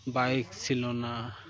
bike ছিল না